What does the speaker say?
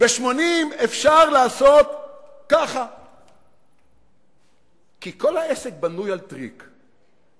ב-80 אפשר לעשות ככה, כי כל העסק בנוי על טריק,